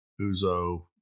Uzo